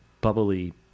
bubbly